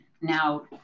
Now